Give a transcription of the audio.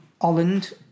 Holland